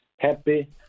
happy